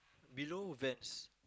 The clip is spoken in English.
below Vans